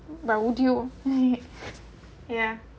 but would you yeah